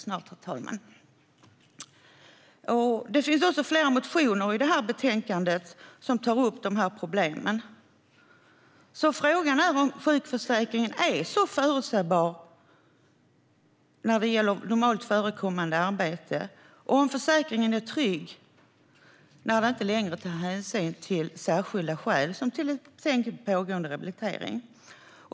Det finns flera motioner i detta betänkande som tar upp dessa problem. Frågan är om sjukförsäkringen är så förutsägbar när det gäller normalt förekommande arbete och om försäkringen är trygg när det inte längre tas hänsyn till särskilda skäl som till exempel pågående rehabilitering.